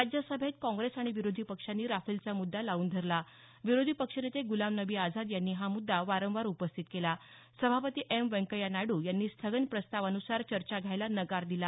राज्यसभेत काँग्रेस आणि विरोधी पक्षांनी राफेलचा मुद्दा लावून धरला विरोधी पक्षनेते ग्लाम नबी आझाद यांनी हा मुद्दा वारंवार उपस्थित केला सभापती एम व्यंकय्या नायडू यांनी स्थगन प्रस्तावानुसार चर्चा घ्यायला नकार दिला